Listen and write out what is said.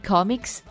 Comics